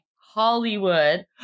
Hollywood